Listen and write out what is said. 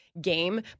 game